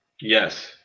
Yes